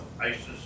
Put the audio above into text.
ISIS